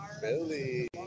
Billy